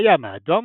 הים האדום